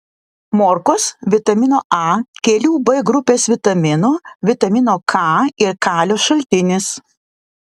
morkos vitamino a kelių b grupės vitaminų vitamino k ir kalio šaltinis